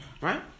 Right